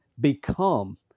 become